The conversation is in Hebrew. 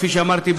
כפי שאמרתי,